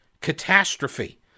catastrophe